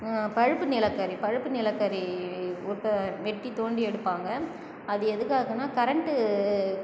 பழுப்பு நிலக்கரி பழுப்பு நிலக்கரி உற்ப வெட்டி தோண்டி எடுப்பாங்க அது எதுக்காகன்னா கரண்ட்டு